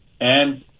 And-